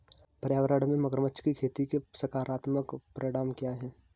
पर्यावरण में मगरमच्छ की खेती के सकारात्मक परिणाम क्या हैं?